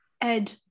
Ed